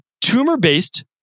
tumor-based